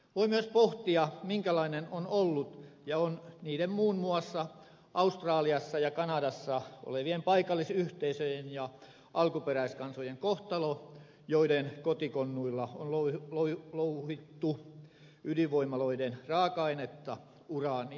voi myös pohtia minkälainen on ollut ja on niiden muun muassa australiassa ja kanadassa olevien paikallisyhteisöjen ja alkuperäiskansojen kohtalo joiden kotikonnuilla on louhittu ydinvoimaloiden raaka ainetta uraania